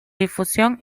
difusión